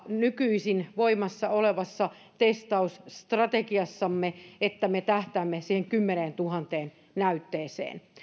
nykyisin voimassa olevassa testausstrategiassamme siitä että me tähtäämme siihen kymmeneentuhanteen näytteeseen